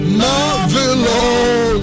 marvelous